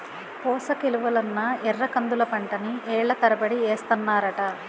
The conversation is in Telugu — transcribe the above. పోసకిలువలున్న ఎర్రకందుల పంటని ఏళ్ళ తరబడి ఏస్తన్నారట